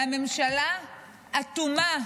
והממשלה אטומה,